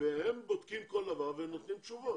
והם בודקים כל דבר ונותנים תשובות.